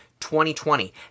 2020